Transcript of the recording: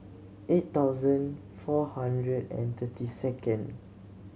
eight thousand four hundred and thirty second